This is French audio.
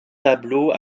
tableau